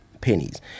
pennies